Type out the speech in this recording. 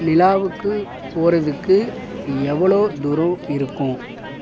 நிலாவுக்கு போகறதுக்கு எவ்வளோ தூரம் இருக்கும்